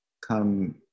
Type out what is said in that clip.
come